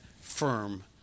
firm